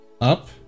up